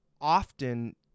often